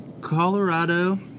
Colorado